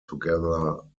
together